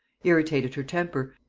irritated her temper,